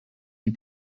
die